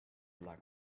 luck